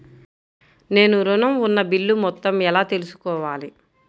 నేను ఋణం ఉన్న బిల్లు మొత్తం ఎలా తెలుసుకోవాలి?